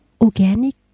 organic